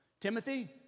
Timothy